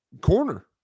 corner